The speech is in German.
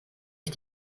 ich